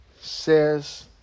says